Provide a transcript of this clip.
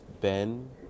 Ben